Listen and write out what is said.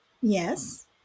yes